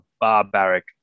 barbaric